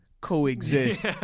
coexist